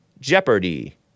Jeopardy